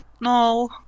No